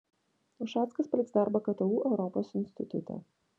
ušackas paliks darbą ktu europos institute